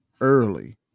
early